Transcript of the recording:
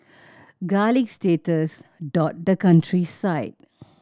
garlic status dot the countryside